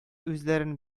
үзләрен